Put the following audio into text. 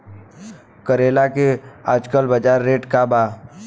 करेला के आजकल बजार रेट का बा?